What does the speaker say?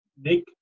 Nick